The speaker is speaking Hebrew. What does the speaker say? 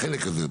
בחלק הזה,